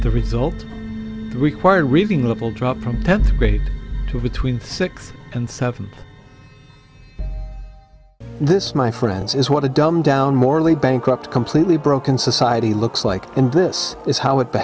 the result required reading level dropped from tenth grade to between six and seven and this my friends is what a dumbed down morally bankrupt completely broken society looks like and this is